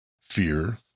fear